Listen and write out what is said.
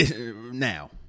now